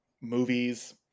Movies